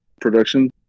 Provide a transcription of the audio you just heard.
production